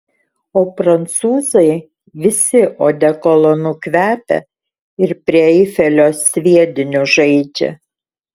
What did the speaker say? o prancūzai visi odekolonu kvepia ir prie eifelio sviediniu žaidžia